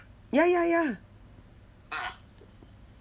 ya ya ya